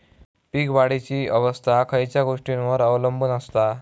पीक वाढीची अवस्था खयच्या गोष्टींवर अवलंबून असता?